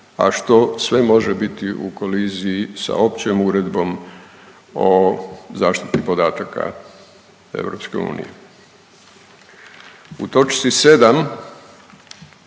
a što sve može biti u koliziji sa Općom uredbom o zaštiti podataka EU. U toč. 7 čl.